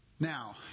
Now